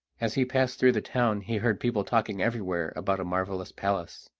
as he passed through the town he heard people talking everywhere about a marvellous palace.